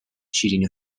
شیرینی